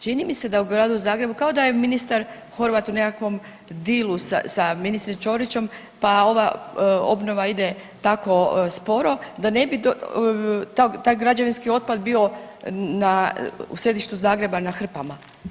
Čini mi se da u Gradu Zagrebu kao da je ministar Horvat u nekakvom dealu sa ministrom Ćorićom pa ova obnova ide tako sporo da ne bi taj građevinski otpad bio u središtu Zagreba na hrpama.